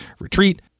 Retreat